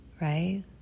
right